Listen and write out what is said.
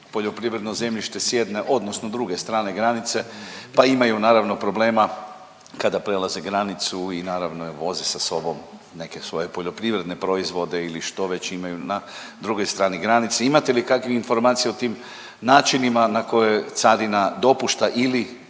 poljoprivredno zemljište s jedne odnosno druge strane granice pa imaju naravno problema kada prelaze granicu i naravno jer voze sa sobom neke svoje poljoprivredne proizvode ili što već imaju na drugoj strani granice. Imate li kakvih informacija o tim načinima na koje carina dopušta ili